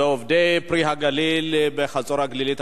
בעובדי "פרי הגליל" בחצור-הגלילית,